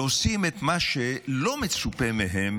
ועושים את מה שלא מצופה מהם